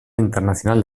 internacional